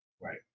Right